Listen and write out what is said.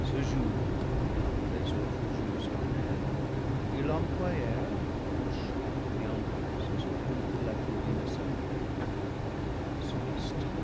ce jour comme les autres jours solennels ils l'employèrent en chants et en danses autour de la colline sacrée danses mystiques